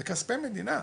אלו כספי מדינה.